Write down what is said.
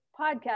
podcast